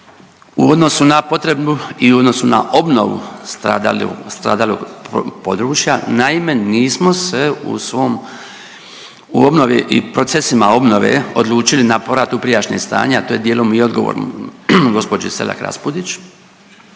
u odnosu na potrebu i u odnosu na obnovu stradalog, stradalog područja. Naime nismo se u svom u obnovi i procesima obnove odlučili na povrat u prijašnje stanje, a to je dijelom i odgovor gospođi Selak Raspudić